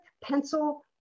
pencil